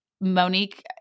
Monique